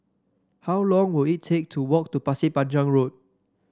how long will it take to walk to Pasir Panjang Road